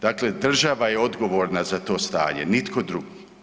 Dakle, država je odgovorna za to stanje, nitko drugi.